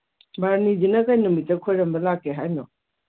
ꯕꯥꯔꯨꯅꯤꯁꯤꯅ ꯀꯩ ꯅꯨꯃꯤꯠꯇ ꯈꯣꯏꯔꯝꯕ ꯂꯥꯛꯀꯦ ꯍꯥꯏꯅꯣ